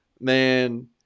man